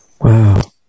Wow